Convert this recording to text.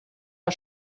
der